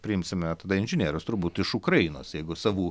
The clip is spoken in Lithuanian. priimsime tada inžinierius turbūt iš ukrainos jeigu savų